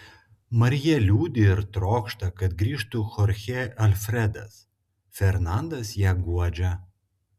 marija liūdi ir trokšta kad grįžtų chorchė alfredas fernandas ją guodžia